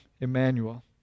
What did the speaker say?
Emmanuel